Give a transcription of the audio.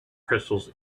crystals